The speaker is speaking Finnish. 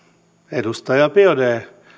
edustaja biaudet